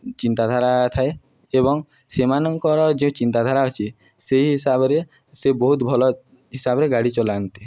ଚିନ୍ତାଧାରା ଥାଏ ଏବଂ ସେମାନଙ୍କର ଯେଉଁ ଚିନ୍ତାଧାରା ଅଛି ସେଇ ହିସାବରେ ସେ ବହୁତ ଭଲ ହିସାବରେ ଗାଡ଼ି ଚଲାନ୍ତି